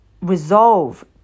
resolve